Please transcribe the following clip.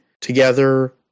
together